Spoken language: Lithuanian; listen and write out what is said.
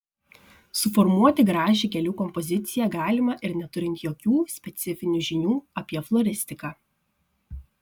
suformuoti gražią gėlių kompoziciją galima ir neturint jokių specifinių žinių apie floristiką